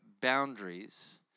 boundaries